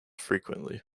frequently